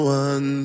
one